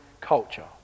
culture